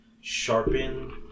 sharpen